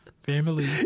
Family